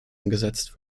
umgesetzt